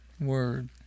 word